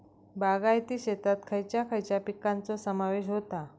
बागायती शेतात खयच्या खयच्या पिकांचो समावेश होता?